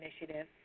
initiative